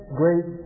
great